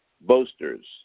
boasters